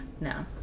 no